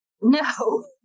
No